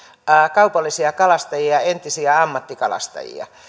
kaupallisia kalastajia entisiä ammattikalastajia